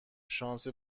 شانس